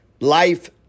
life